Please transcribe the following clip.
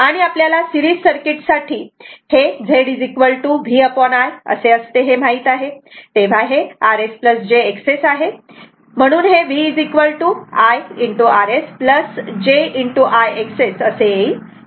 आणि आपल्याला series circuit साठी हे Z V I असे असते हे माहित आहे तेव्हा हे rs jXS असे आहे म्हणून हे VIrs jIXS असे येईल